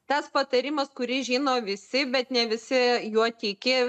tas patarimas kurį žino visi bet ne visi juo tiki